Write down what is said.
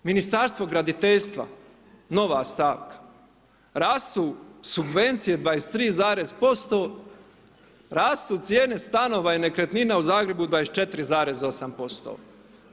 Ministarstvo graditeljstva, nova stavka, rastu subvencije 23,%, rastu cijene stanova i nekretnina u Zagrebu 24,8%